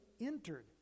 entered